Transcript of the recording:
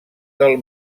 del